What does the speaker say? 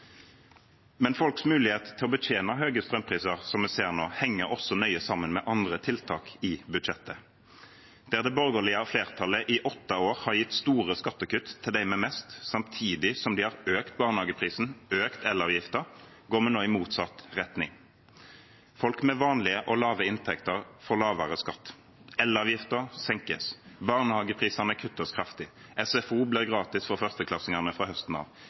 Folks mulighet til å betjene høye strømpriser, som vi ser nå, henger også nøye sammen med andre tiltak i budsjettet. Der det borgerlige flertallet i åtte år har gitt store skattekutt til dem med mest, samtidig som de har økt barnehageprisen og økt elavgiften, går vi nå i motsatt retning. Folk med vanlige og lave inntekter får lavere skatt. Elavgiften senkes, barnehageprisene kuttes kraftig, SFO blir gratis for førsteklassingene fra høsten av,